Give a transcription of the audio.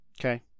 Okay